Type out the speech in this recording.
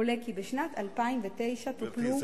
עולה כי בשנת 2009 טופלו --- גברתי,